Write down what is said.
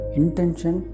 intention